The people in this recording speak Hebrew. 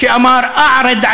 שאמר: (אומר בערבית: